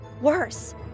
worse